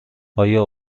آیا